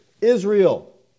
Israel